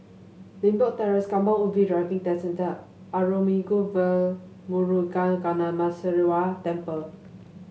Limbok Terrace Kampong Ubi Driving Test Centre Arulmigu Velmurugan Gnanamuneeswarar Temple